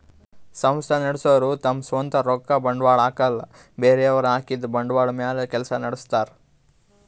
ಸಂಸ್ಥಾ ನಡಸೋರು ತಮ್ ಸ್ವಂತ್ ರೊಕ್ಕ ಬಂಡ್ವಾಳ್ ಹಾಕಲ್ಲ ಬೇರೆಯವ್ರ್ ಹಾಕಿದ್ದ ಬಂಡ್ವಾಳ್ ಮ್ಯಾಲ್ ಕೆಲ್ಸ ನಡಸ್ತಾರ್